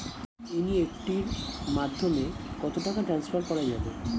NEFT এর মাধ্যমে minimum কত টাকা টান্সফার করা যাবে?